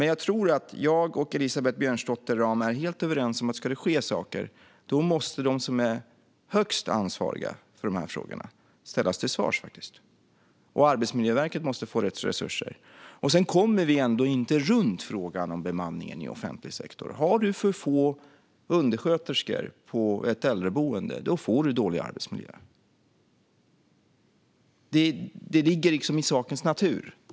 Jag tror dock att jag och Elisabeth Björnsdotter Rahm är helt överens om att om saker ska ske måste de högst ansvariga för dessa frågor ställas till svars, och Arbetsmiljöverket måste få rätt resurser. Sedan kommer vi ändå inte runt frågan om bemanningen i offentlig sektor. Har du för få undersköterskor på ett äldreboende får du dålig arbetsmiljö. Det ligger i sakens natur.